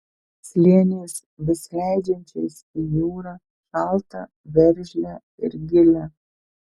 slėniais besileidžiančiais į jūrą šaltą veržlią ir gilią